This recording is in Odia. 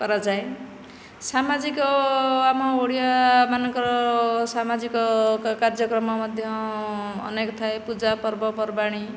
କରାଯାଏ ସାମାଜିକ ଆମ ଓଡ଼ିଆ ମାନଙ୍କର ସାମାଜିକ କାର୍ଯ୍ୟକ୍ରମ ମଧ୍ୟ ଅନେକ ଥାଏ ପୂଜା ପର୍ବପର୍ବାଣି